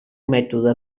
mètode